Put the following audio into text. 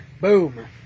Boom